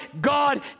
God